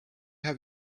have